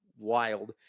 wild